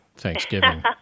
Thanksgiving